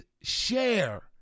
share